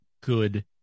good